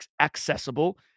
accessible